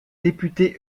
député